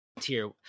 tier